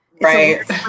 Right